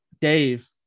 Dave